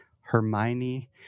hermione